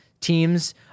teams